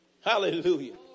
Hallelujah